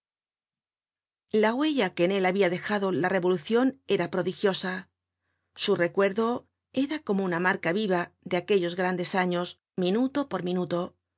la huella que en él habia dejado la revolucion era prodigiosa su recuerdo era como una marca viva de aquellos grandes años minuto por minuto